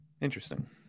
Interesting